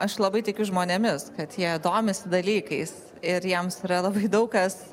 aš labai tikiu žmonėmis kad jie domisi dalykais ir jiems yra labai daug kas